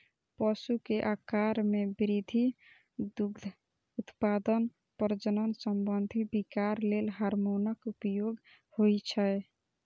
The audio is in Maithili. पशु के आाकार मे वृद्धि, दुग्ध उत्पादन, प्रजनन संबंधी विकार लेल हार्मोनक उपयोग होइ छै